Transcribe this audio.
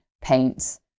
paints